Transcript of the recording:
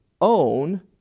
own